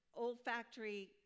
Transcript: olfactory